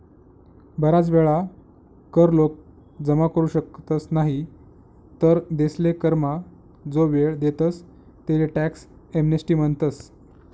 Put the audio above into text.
बराच वेळा कर लोक जमा करू शकतस नाही तर तेसले करमा जो वेळ देतस तेले टॅक्स एमनेस्टी म्हणतस